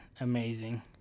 Amazing